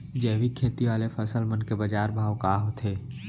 जैविक खेती वाले फसल मन के बाजार भाव जादा होथे